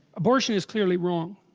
abortion is clearly wrong